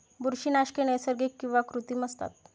बुरशीनाशके नैसर्गिक किंवा कृत्रिम असतात